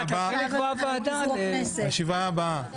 הישיבה הבאה